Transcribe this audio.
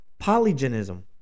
polygenism